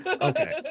Okay